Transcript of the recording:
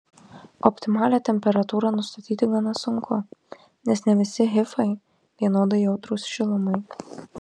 optimalią temperatūrą nustatyti gana sunku nes ne visi hifai vienodai jautrūs šilumai